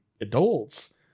adults